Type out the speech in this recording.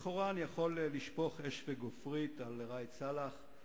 לכאורה אני יכול לשפוך אש וגופרית על ראאד סלאח,